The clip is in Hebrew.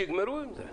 שיגמרו עם זה.